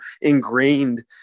ingrained